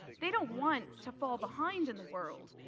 they don't want to fall behind in the world.